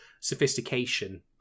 sophistication